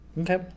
Okay